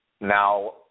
Now